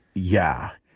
yeah.